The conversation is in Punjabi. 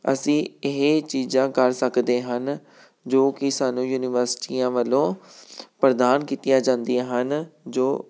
ਅਸੀਂ ਇਹ ਚੀਜ਼ਾਂ ਕਰ ਸਕਦੇ ਹਨ ਜੋ ਕਿ ਸਾਨੂੰ ਯੂਨੀਵਰਸਿਟੀਆਂ ਵੱਲੋਂ ਪ੍ਰਦਾਨ ਕੀਤੀਆਂ ਜਾਂਦੀਆਂ ਹਨ ਜੋ